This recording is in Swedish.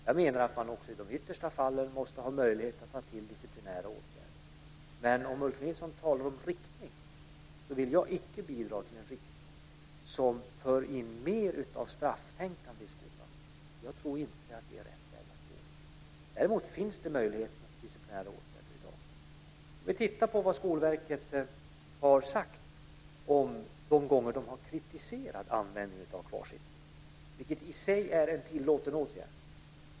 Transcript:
Jag menar att man också i de yttersta fallen måste ha möjlighet att ta till disciplinära åtgärder. Men om Ulf Nilsson talar om riktning så vill jag inte bidra till en riktning som för in mer av strafftänkande i skolan. Jag tror inte att det är rätt väg att gå. Däremot finns det möjlighet till disciplinära åtgärder i dag. Vi kan titta på vad Skolverket har sagt de gånger då de har kritiserat användningen av kvarsittning - som i sig är en tillåten åtgärd.